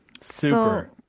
Super